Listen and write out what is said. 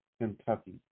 Kentucky